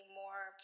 more